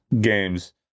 games